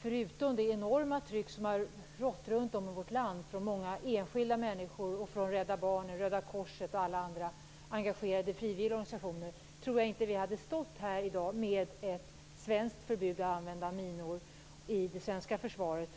förutan det enorma tryck som har rått i den här frågan runt om i vårt land från många enskilda människor, Rädda Barnen, Röda korset och alla andra engagerade frivilliga organisationer tror jag inte att vi hade stått här i dag med ett svenskt förbud att använda minor i det svenska försvaret.